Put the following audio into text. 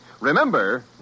Remember